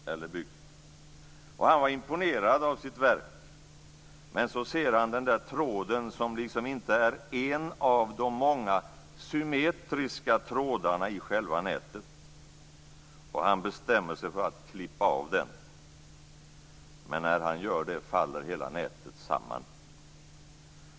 Och han var imponerad av sitt verk. Men så ser han den där tråden som liksom inte är en av de många symmetriska trådarna i själva nätet, och han bestämmer sig för att klippa av den. Men när han gör det faller hela nätet samman.